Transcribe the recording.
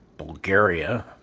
Bulgaria